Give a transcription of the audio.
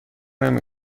نمی